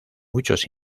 muchos